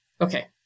Okay